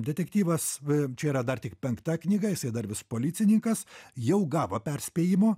detektyvas v čia yra dar tik penkta knyga jisai yra dar vis policininkas jau gavo perspėjimo